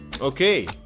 Okay